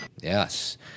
Yes